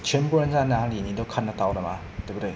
全部人在哪里你都看得到的吗对不对